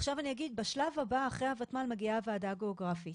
עכשיו אני אגיד בשלב הבא אחרי הוותמ"ל מגיעה הוועדה הגיאוגרפית,